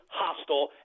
hostile